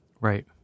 Right